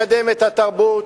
לקדם את התרבות,